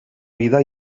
vida